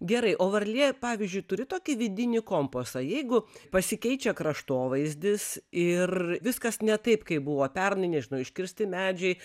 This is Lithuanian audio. gerai o varlė pavyzdžiui turi tokį vidinį kompasą jeigu pasikeičia kraštovaizdis ir viskas ne taip kaip buvo pernai nežinau iškirsti medžiai